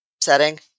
setting